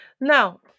now